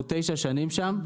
אנחנו תשע שנים שם.